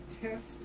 test